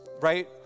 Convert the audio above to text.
right